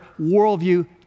worldview